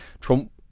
Trump